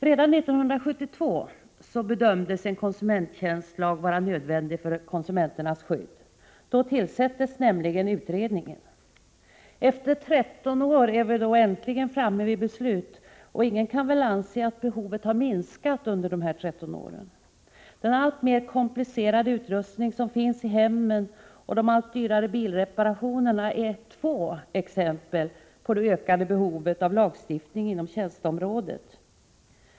Redan 1972 bedömdes en konsumenttjänstlag vara nödvändig för konsumenternas skydd. Då tillsattes nämligen utredningen. Efter 13 år är vi nu äntligen framme vid beslut, och ingen kan väl anse att behovet av en lagstiftning har minskat under dessa 13 år. Den alltmer komplicerade utrustning som finns i hemmen och de allt dyrare bilreparationerna är två exempel på behovet av ökad lagstiftning inom tjänsteområdet.